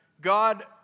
God